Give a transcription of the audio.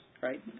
right